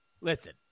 listen